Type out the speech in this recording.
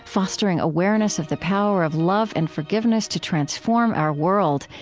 fostering awareness of the power of love and forgiveness to transform our world.